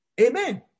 Amen